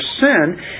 sin